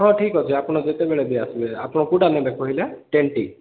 ହଁ ଠିକ୍ ଅଛି ଆପଣ ଯେତେବେଳେ ବି ଆସିବେ ଆପଣ କେଉଁଟା ନେବେ କହିଲେ ଟେନ୍ ଟି